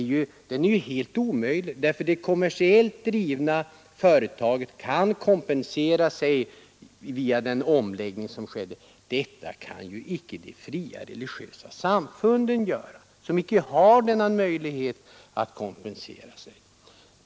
Det kommersiellt drivna företaget kan kompensera sig genom den omläggning som skett. Detta kan icke de fria religiösa samfunden göra; de har ingen möjlighet att kompensera sig.